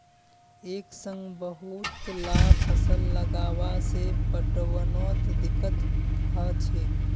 एक संग बहुतला फसल लगावा से पटवनोत दिक्कत ह छेक